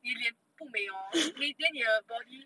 你脸不美 hor 你联你的 body